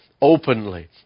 openly